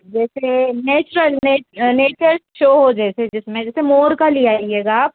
जैसे natural nature show हो जैसे जिसमें जैसे मोर का ले आइएगा आप